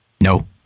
no